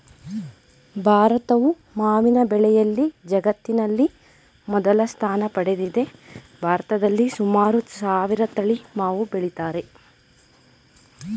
ಭಾರತವು ಮಾವಿನ ಬೆಳೆಯಲ್ಲಿ ಜಗತ್ತಿನಲ್ಲಿ ಮೊದಲ ಸ್ಥಾನ ಪಡೆದಿದೆ ಭಾರತದಲ್ಲಿ ಸುಮಾರು ಸಾವಿರ ತಳಿ ಮಾವು ಬೆಳಿತಾರೆ